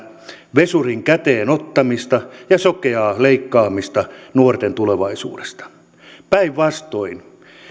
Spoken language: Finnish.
vesurin käteen ottamista ja sokeaa leikkaamista nuorten tulevaisuudesta päinvastoin